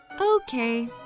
Okay